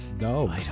No